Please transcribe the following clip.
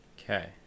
Okay